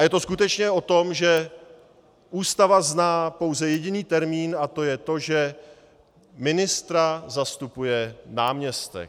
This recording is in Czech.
Je to skutečně o tom, že Ústava zná pouze jediný termín, a to je to, že ministra zastupuje náměstek.